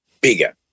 bigger